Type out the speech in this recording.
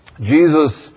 Jesus